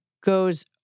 goes